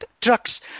trucks